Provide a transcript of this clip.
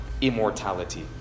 immortality